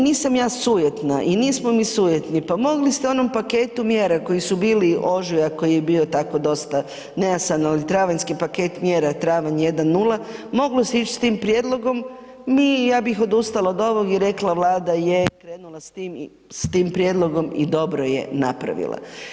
Nisam ja sujetna i nismo mi sujetni, pa mogli ste u onom paketu mjera koji su bili, ožujak koji je bio tako dosta nejasan, ali travanjski paket mjera, travanj jedan, nula, moglo se ić s tim prijedlogom, mi, ja bih odustala od ovog i rekla Vlada je krenula s tim prijedlogom i dobro je napravila.